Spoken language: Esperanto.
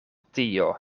tio